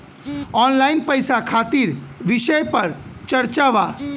Online पैसा खातिर विषय पर चर्चा वा?